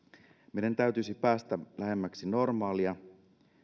meidän täytyisi päästä lähemmäksi sitä normaalia